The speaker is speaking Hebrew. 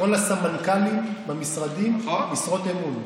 כל הסמנכ"לים במשרדים משרות אמון.